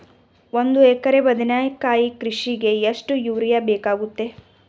ಒಂದು ಎಕರೆ ಬದನೆಕಾಯಿ ಕೃಷಿಗೆ ಎಷ್ಟು ಯೂರಿಯಾ ಬೇಕಾಗುತ್ತದೆ?